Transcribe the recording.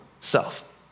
self